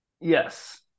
Yes